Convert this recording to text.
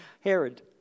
Herod